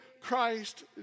Christ